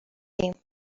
ایم